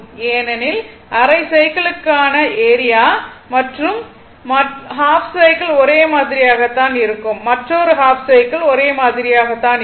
ஏனெனில் அரை சைக்கிளுக்கான ஏரியா மற்றும் மற்றொரு ஹாஃப் சைக்கிள் ஒரே மாதிரியாக தான் இருக்கும்